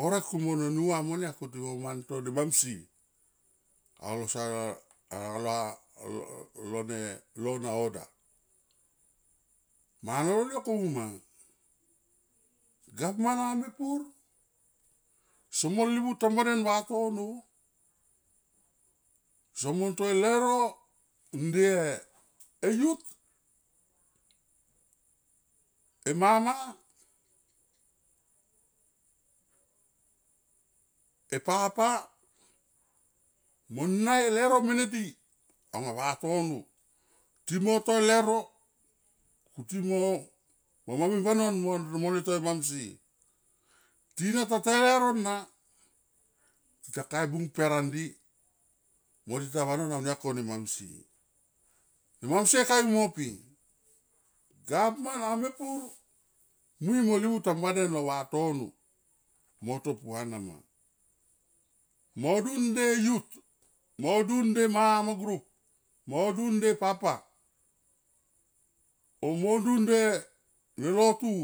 horek ku mono nua mon ya ku duo mang to no mamsie. Alo sait alo ne law na order, mana lol yo komu ma govman anga mepur somo livu tamba den vatono somon to e leuro nde e yut e mama e papa mon na e leuro mene di anga vatono ti mo to e leuro kuti mong moma mi vanom mo mo ne te, ne mamsie tina ta tae leuro na tita ka e bung per andi mo tita vanom au nia ko ne mam sie, ne mamsie kamui mo pi goveman anga me pur mui mo levu tamba den lo vatono mo to puana ma, mo dun de yut, mo dun de mama group mo dun de papa o mo dun de ne lotu.